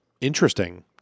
interesting